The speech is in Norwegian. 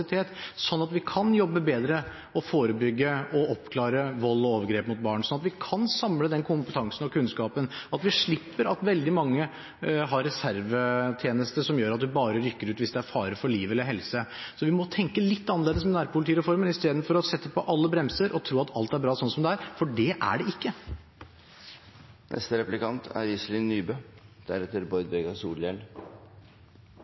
at vi kan jobbe bedre og forebygge og oppklare vold og overgrep mot barn, slik at vi kan samle den kompetansen og kunnskapen, at vi slipper at veldig mange har reservetjeneste som gjør at man rykker ut bare når det er fare for liv eller helse. Vi må tenke litt annerledes med nærpolitireformen istedenfor å sette på alle bremser og tro at alt er bra slik det er, for det er det ikke. Statsråden sier i innlegget sitt at situasjonen hva gjelder oversittinger, er